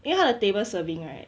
因为他的 table serving right